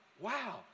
Wow